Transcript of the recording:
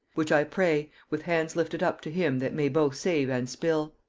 which i pray, with hands lifted up to him that may both save and spill.